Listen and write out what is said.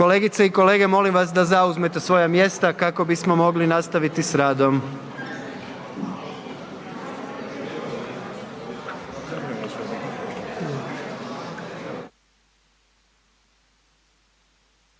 Kolegice i kolege molim vas da zauzmete svoja mjesta kako bismo mogli nastaviti s radom.